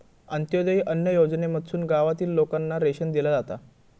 अंत्योदय अन्न योजनेमधसून गावातील लोकांना रेशन दिला जाता